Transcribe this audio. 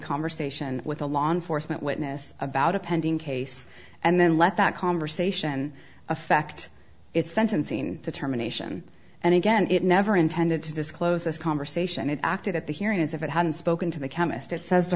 conversation with a law enforcement witness about a pending case and then let that conversation affect its sentencing determination and again it never intended to disclose this conversation it acted at the hearing as if it hadn't spoken to the chemist it says to